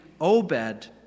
Obed